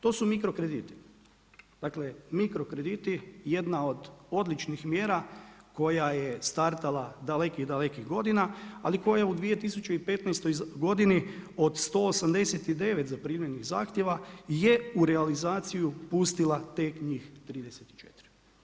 To su mikro krediti, dakle mikro krediti jedna od odličnih mjera koja je startala dalekih, dalekih godina ali koja u 2015. godini od 189 zaprimljenih zahtjeva je u realizaciju pustila tek njih 34.